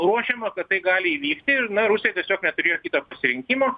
ruošiama kad tai gali įvykti ir rusai tiesiog neturėjo kito pasirinkimo